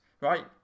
right